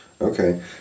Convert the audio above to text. Okay